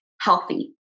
healthy